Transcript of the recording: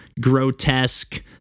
grotesque